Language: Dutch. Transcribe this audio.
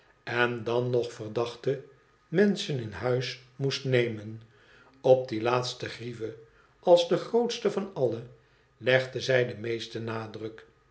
en dan nog verdachte menschen in huis moest nemen op die laatste grieve als de grootste van alle legde zij den meesten nadruk